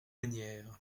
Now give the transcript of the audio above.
manières